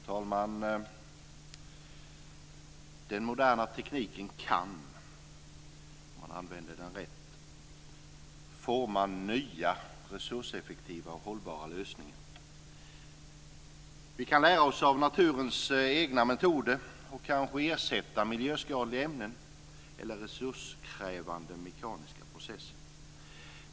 Fru talman! Den moderna tekniken kan, riktigt använd, forma nya resurseffektiva och hållbara lösningar. Vi kan lära oss av naturens egna metoder och kanske ersätta miljöskadliga ämnen, eller resurskrävande mekaniska processer.